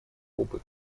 опыт